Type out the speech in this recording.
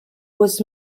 was